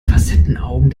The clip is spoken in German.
facettenaugen